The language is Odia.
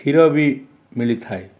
କ୍ଷୀର ବି ମିଳିଥାଏ